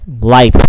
life